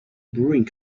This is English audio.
brewing